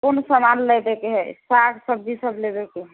कोन सामान सब लेबयके है सागसब्जी सब लेबयके है